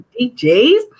DJs